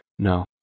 No